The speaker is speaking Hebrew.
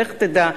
לך תדע,